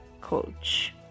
coach